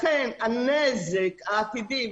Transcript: לכן הנזק העתידי,